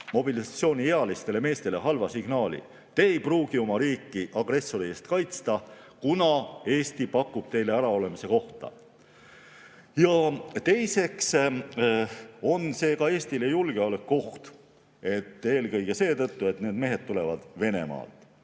mobilisatsiooniealistele meestele halva signaali: te ei pruugi oma riiki agressori eest kaitsta, kuna Eesti pakub teile äraolemise kohta. Teiseks on see ka Eestile julgeolekuoht. Eelkõige seetõttu, et need mehed tulevad Venemaalt.